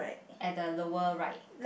at the lower right